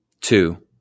Two